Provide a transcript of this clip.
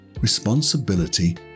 responsibility